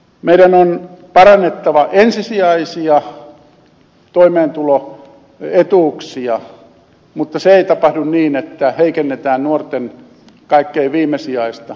meidän on parannettava ensisijaisia toimeentuloetuuksia mutta se ei tapahdu niin että heikennetään nuorten kaikkein viimesijaista toimeentulotukea